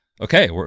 okay